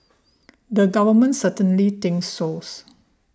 the government certainly thinks source